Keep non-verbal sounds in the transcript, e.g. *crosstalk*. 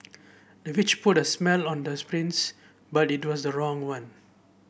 the witch put a smell on the *unintelligible* but it was the wrong one